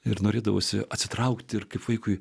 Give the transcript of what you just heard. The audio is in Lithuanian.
ir norėdavosi atsitraukti ir kaip vaikui